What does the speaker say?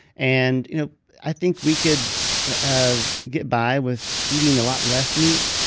and you know i think we could ah get by with eating a lot less meat,